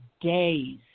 days